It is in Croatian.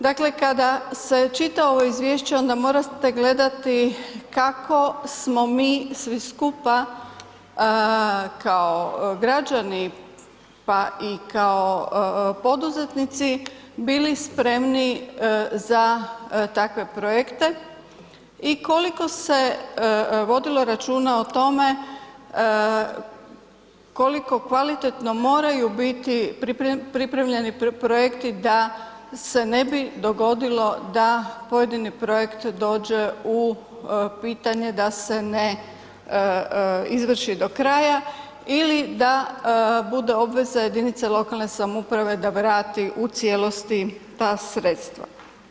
Dakle, kada se čita ovo izvješće onda morate gledati kako smo mi svi skupa kao građani, pa i kao poduzetnici bili spremni za takve projekte i koliko se vodilo računa o tome koliko kvalitetno moraju biti pripremljeni projekti moraju biti pripremljeni projekti da se ne bi dogodilo da pojedini projekt dođe u pitanje da se ne izvrši do kraja ili da bude obveza jedinice lokalne samouprave da vrati u cijelosti ta sredstva.